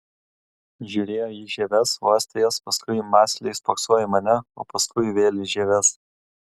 žiūrėjo į žieves uostė jas paskui mąsliai spoksojo į mane o paskui vėl į žieves